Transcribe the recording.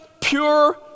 pure